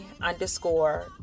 underscore